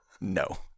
No